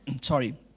sorry